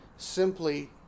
Simply